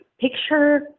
picture